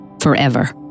forever